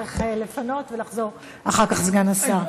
תצטרך לפנות ולחזור אחר כך, סגן השר.